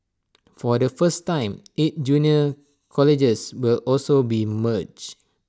for the first time eight junior colleges will also be merged